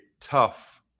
Tough